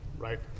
right